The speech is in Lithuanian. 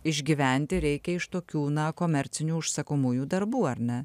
išgyventi reikia iš tokių na komercinių užsakomųjų darbų ar ne